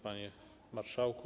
Panie Marszałku!